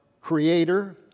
Creator